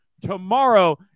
tomorrow